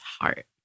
heart